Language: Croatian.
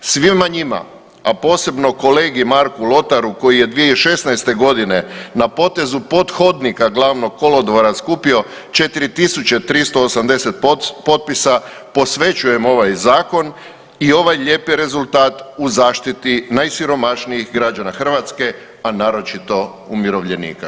Svima njima, a posebno kolegi Marku Lotaru koji je 2016. godine na potezu pothodnika Glavnog kolodvora skupio 4 tisuće 380 potpisa posvećujem ovaj Zakon i ovaj lijepi rezultat u zaštiti najsiromašnijih građana Hrvatske, a naročito umirovljenika.